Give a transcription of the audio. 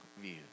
view